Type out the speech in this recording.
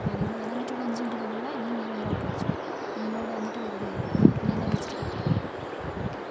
അ നിങ്ങള് വരാൻ പറ്റു ആണെങ്കിൽ അഞ്ച് മിനുട്ടിനുള്ളിൽ വാ അല്ലെങ്കിൽ ഞാൻ വേറെ ഓട്ടോ വിളിച്ച് പോകും എന്നെ നിങ്ങളിവിടെ വന്നിട്ട് വെറുതെയാകും പിന്നെന്നെ വിളിച്ചിട്ട് കാര്യമില്ല ഓക്കേ